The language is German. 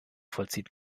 vollzieht